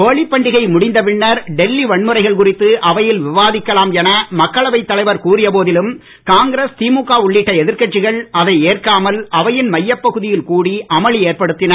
ஹோலி பண்டிகை முடிந்த பின்னர் டெல்லி வன்முறைகள் குறித்து அவையில் விவாதிக்கலாம் என மக்களவைத் தலைவர் கூறியபோதிலும் காங்கிரஸ் திமுக உள்ளிட்ட எதிர்கட்சிகள் அதை ஏற்காமல் அவையின் மையப்பகுதியில் கூடி அமளி ஏற்படுத்தின